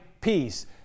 peace